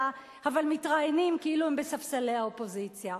אבל מתראיינים כאילו הם בספסלי האופוזיציה.